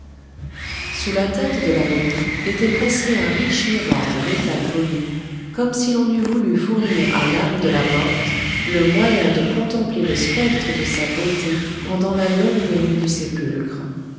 sous la tête de la momie était placé un riche miroir de métal poli comme si l'on eût voulu fournir à l'âme de la morte le moyen de contempler le spectre de sa beauté pendant la longue nuit du sépulcre